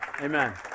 Amen